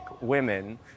women